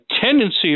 tendency